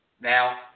Now